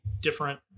different